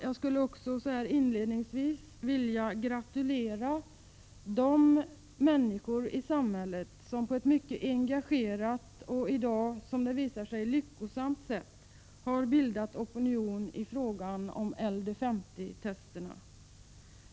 Jag skulle också, innan jag går vidare, vilja gratulera de människor i samhället som på ett mycket engagerat och i dag, som det visar sig, lyckosamt sätt har bildat opinion i fråga om LD 50-testerna.